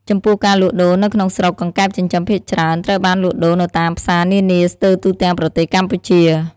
ចំពោះការលក់ដូរនៅក្នុងស្រុក កង្កែបចិញ្ចឹមភាគច្រើនត្រូវបានលក់ដូរនៅតាមផ្សារនានាស្ទើទូទាំងប្រទេសកម្ពុជា។